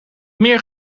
meer